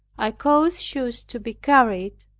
i caused shoes to be carried,